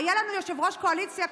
היה לנו יושב-ראש קואליציה,